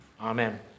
Amen